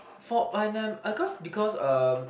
for when I'm cause because um